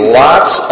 lots